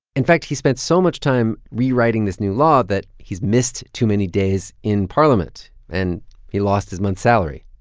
in fact, he's spent so much time rewriting this new law that he's missed too many days in parliament, and he lost his month's salary,